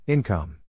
Income